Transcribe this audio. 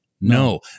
No